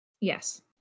Yes